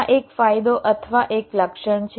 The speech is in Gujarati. આ એક ફાયદો અથવા એક લક્ષણ છે